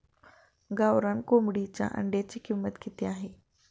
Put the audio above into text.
गावरान कोंबडीच्या अंड्याची किंमत किती आहे?